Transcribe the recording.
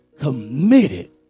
committed